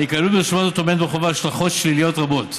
היכללות ברשימה זו טומנת בחובה השלכות שליליות רבות,